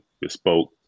bespoke